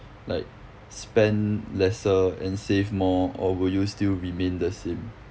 like spend lesser and save more or will you still remain the same